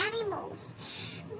animals